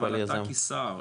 אבל אתה כשר,